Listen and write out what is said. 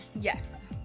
Yes